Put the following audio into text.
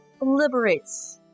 liberates